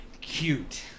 Cute